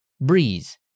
Breeze